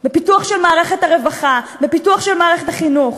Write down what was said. בפיתוח של מערכת הרווחה, בפיתוח של מערכת החינוך.